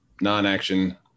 non-action